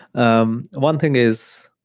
um one thing is,